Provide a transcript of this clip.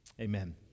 Amen